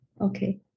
okay